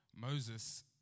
Moses